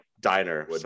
diner